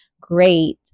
great